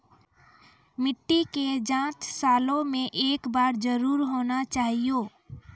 मिट्टी के जाँच सालों मे एक बार जरूर होना चाहियो?